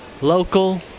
local